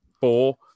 four